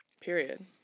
Period